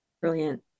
brilliant